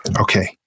Okay